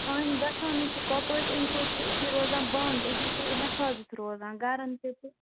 آہنی گَژھانَے چھِ کۄپٲٹھۍ اَمہِ سۭتۍ چھِ أتی روزان بَند أتی چھِ حفاظت روزان گَرَن تہِ تہٕ